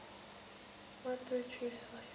one two three four five